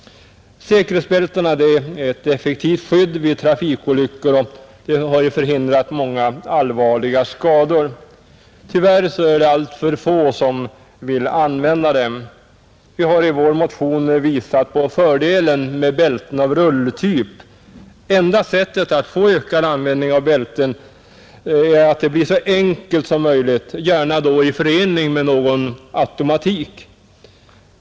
Säkerhetsbälten är ett effektivt skydd vid trafikolyckor och har ju förhindrat många allvarligare skador. Tyvärr är det alltför få som vill använda dem. Vi har i vår motion visat på fördelen med bälten av rulltyp. Enda sättet att få ökad användning av bälten är att det blir så enkelt som möjligt, gärna i förening med någon automatik.